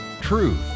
truth